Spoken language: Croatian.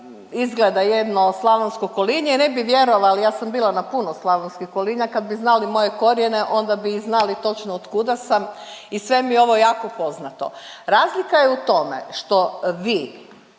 izgleda jedno slavonsko kolinje. I ne bi vjerovali, ja sam bila na puno slavonskih kolinja. Kad bi znali moje korijene onda bi i znali točno od kuda sam i sve mi je ovo jako poznato. Razlika je u tome što vi